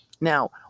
Now